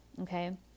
okay